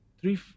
three